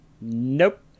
Nope